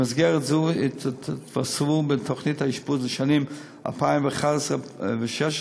במסגרת זו התווספו בתוכנית האשפוז לשנים 2011 2016,